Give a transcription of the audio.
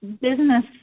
business